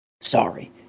Sorry